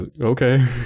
Okay